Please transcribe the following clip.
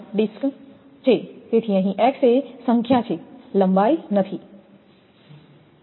તેથી અહીં x એ સંખ્યા છે લંબાઈ નથી